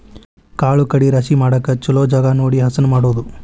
ಕಾಳು ಕಡಿ ರಾಶಿ ಮಾಡಾಕ ಚುಲೊ ಜಗಾ ನೋಡಿ ಹಸನ ಮಾಡುದು